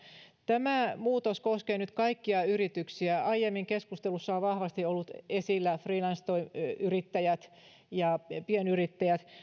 tämä muutos koskee nyt kaikkia yrityksiä aiemmin keskustelussa ovat vahvasti olleet esillä freelanceyrittäjät ja pienyrittäjät